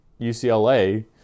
UCLA